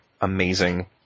amazing